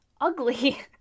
Ugly